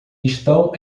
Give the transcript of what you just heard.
estão